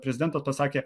prezidentas pasakė